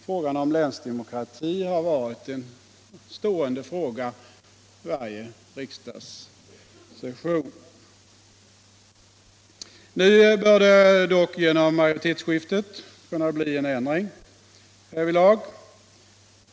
Frågan om länsdemokrati har varit en stående fråga varje riksdagssession. Nu bör det dock genom majoritetsskiftet kunna bli en ändring därvidlag.